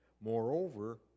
Moreover